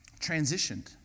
transitioned